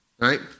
right